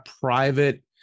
private